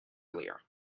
earlier